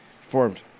Formed